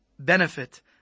benefit